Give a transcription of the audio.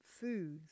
Foods